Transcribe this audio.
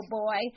boy